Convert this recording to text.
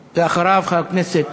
ואחריו, חבר הכנסת, הצעה